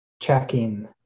checking